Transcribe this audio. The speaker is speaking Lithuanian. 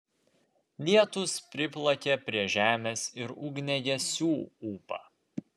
lietūs priplakė prie žemės ir ugniagesių ūpą